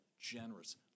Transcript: generous